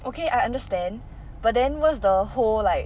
okay I understand but then what's the whole like